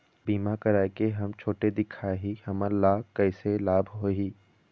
बीमा कराए के हम छोटे दिखाही हमन ला कैसे लाभ होही?